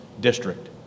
district